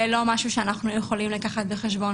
זה לא משהו שאנחנו יכולים לקחת בחשבון